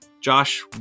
Josh